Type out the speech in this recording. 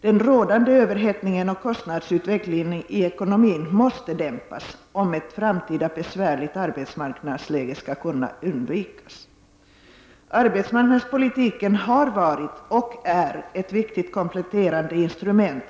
Den rådande överhettningen och kostnadsutvecklingen i ekonomin måste dämpas om ett framtida besvärligt arbetsmarknadsläge skall kunna undvikas. Arbetsmarknadspolitiken har varit och är ett viktigt kompletterande instrument